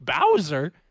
Bowser